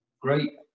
Great